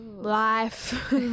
life